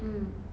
mm